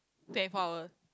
twenty four hour